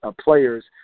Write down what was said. players